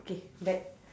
okay back